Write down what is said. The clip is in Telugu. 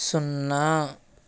సున్నా